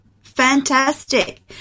fantastic